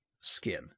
skin